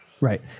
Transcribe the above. Right